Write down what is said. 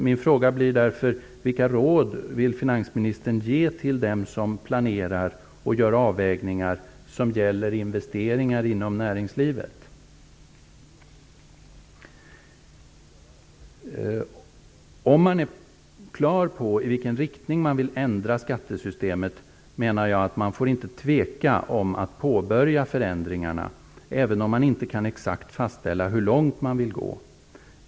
Min fråga blir därför: Vilka råd vill finansministern ge till dem som planerar och gör avvägningar som gäller investeringar inom näringslivet? Om man är klar över i vilken riktning man vill ändra skattesystemet får man inte tveka om att påbörja förändringarna, menar jag, även om man inte exakt kan fastställa hur långt man vill gå.